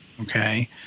Okay